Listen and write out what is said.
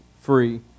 free